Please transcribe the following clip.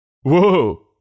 Whoa